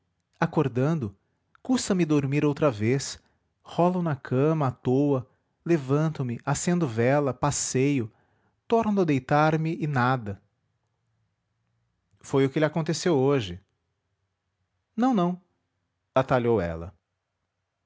acordando custa-me dormir outra vez rolo na cama à toa levanto me acendo vela passeio torno a deitar-me e nada foi o que lhe aconteceu hoje não não atalhou ela